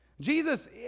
Jesus